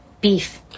Beef